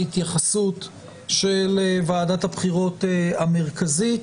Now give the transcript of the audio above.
התייחסות של ועדת הבחירות המרכזית,